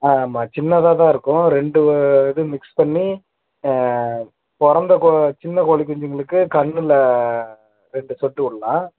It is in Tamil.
ஆ ஆமாம் சின்னதாக தான் இருக்கும் ரெண்டு வ இது மிக்ஸ் பண்ணி பிறந்த கோ சின்ன கோழி குஞ்சிகளுக்கு கண்ணில் ரெண்டு சொட்டு விட்லாம்